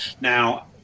Now